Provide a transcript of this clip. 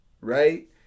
right